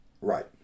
Right